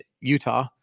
utah